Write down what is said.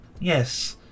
Yes